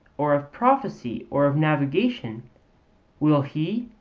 or of prophecy, or of navigation will he,